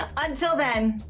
until then,